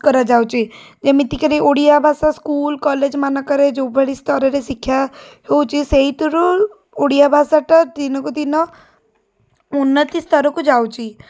କରାଯାଉଛି ଯେମିତି କରି ଓଡ଼ିଆ ଭାଷା ସ୍କୁଲ୍ କଲେଜ୍ମାନଙ୍କରେ ଯେଉଁଭଳି ସ୍ତରରେ ଶିକ୍ଷା ହେଉଛି ସେଇଥିରୁ ଓଡ଼ିଆ ଭାଷାଟା ଦିନକୁ ଦିନ ଉନ୍ନତି ସ୍ତରକୁ ଯାଉଛି